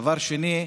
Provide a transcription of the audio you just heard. דבר שני,